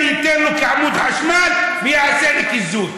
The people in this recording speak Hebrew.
אני אתן לו כעמוד חשמל ויעשה לי קיזוז.